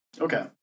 Okay